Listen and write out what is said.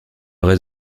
reste